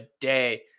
day